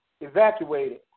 evacuated